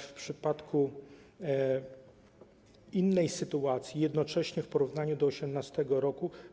W przypadku zaś innej sytuacji jednocześnie w porównaniu do 2018 r.